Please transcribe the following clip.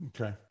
Okay